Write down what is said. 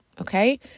Okay